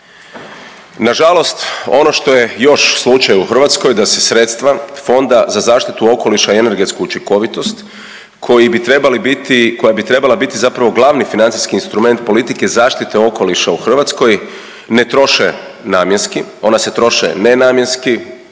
Nažalost ono što je još slučaj u Hrvatskoj da se sredstva Fonda za zaštitu okoliša i energetsku učinkovitost koja bi trebala biti zapravo glavni financijski instrument politike zaštite okoliša u Hrvatskoj ne troše namjenski, ona se troše nenamjenski,